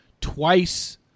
twice